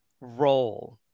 role